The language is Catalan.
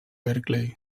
berkeley